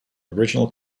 original